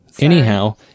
anyhow